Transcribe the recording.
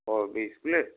ও ইস্কুলের